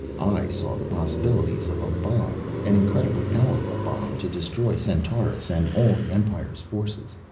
i saw the possibilities of a bomb, an incredibly powerful bomb to destroy centaurus and all the empire's forces.